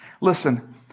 Listen